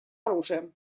оружием